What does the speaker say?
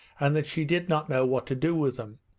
and that she did not know what to do with them.